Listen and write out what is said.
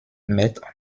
mettent